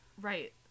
Right